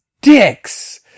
dicks